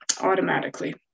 automatically